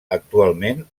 actualment